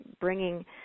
bringing